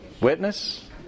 witness